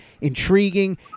intriguing